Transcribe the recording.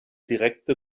direkte